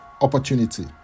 opportunity